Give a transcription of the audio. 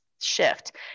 shift